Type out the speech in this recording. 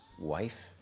wife